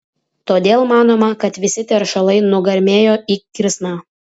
todėl manoma kad visi teršalai nugarmėjo į kirsną